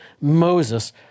Moses